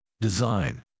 Design